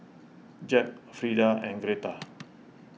Jeb Frida and Gretta